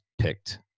picked